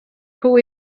who